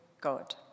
God